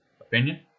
Opinion